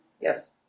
Yes